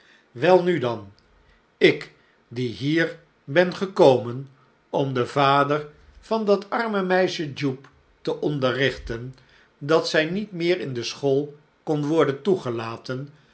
welnu dan ik die hier ben gekomen om den vader van dat arme meisje jupe te onderrichten dat zij niet meer in de school kon worden toegelaten